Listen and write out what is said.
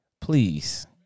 please